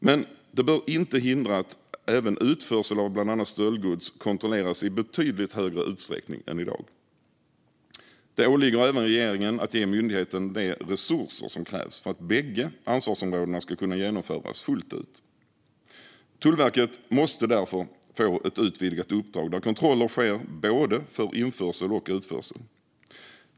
Men det bör inte hindra att även utförsel av bland annat stöldgods kontrolleras i betydligt större utsträckning än i dag. Det åligger även regeringen att ge myndigheten de resurser som krävs för att bägge ansvarsområdena ska kunna genomföras fullt ut. Tullverket måste därför få ett utvidgat uppdrag där kontroller sker av både införsel och utförsel.